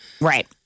right